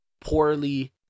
poorly